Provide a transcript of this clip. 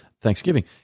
Thanksgiving